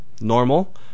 normal